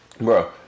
bro